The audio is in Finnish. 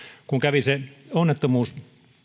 kun kävi se onnettomuus